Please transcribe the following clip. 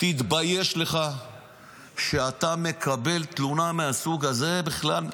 תתבייש לך שאתה מקבל תלונה מהסוג הזה בכלל.